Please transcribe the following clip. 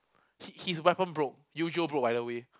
hi~ his weapon broke Eugeo broke by the way